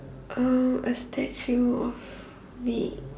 uh a statue of me